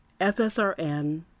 FSRN